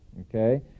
Okay